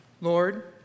Lord